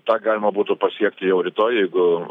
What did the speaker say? tą galima būtų pasiekti jau rytoj jeigu